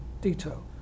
detail